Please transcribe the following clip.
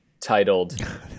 titled